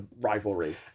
rivalry